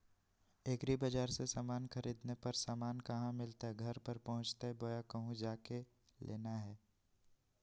एग्रीबाजार से समान खरीदे पर समान कहा मिलतैय घर पर पहुँचतई बोया कहु जा के लेना है?